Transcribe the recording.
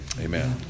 amen